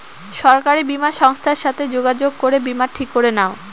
সরকারি বীমা সংস্থার সাথে যোগাযোগ করে বীমা ঠিক করে নাও